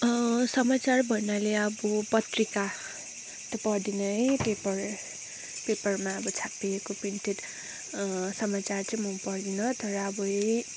अँ समाचार भन्नाले अब पत्रिका त पढ्दिनँ है पेपर पेपरमा अब छापिएको प्रिन्टेड समाचार चाहिँ म पढ्दिनँ तर अब यही